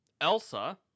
Elsa